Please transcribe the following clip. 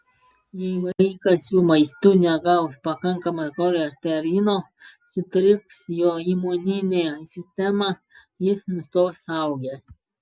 jei vaikas su maistu negaus pakankamai cholesterino sutriks jo imuninė sistema jis nustos augęs